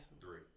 Three